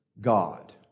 God